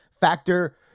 Factor